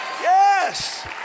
yes